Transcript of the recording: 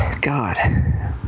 god